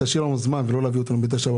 פינדרוס,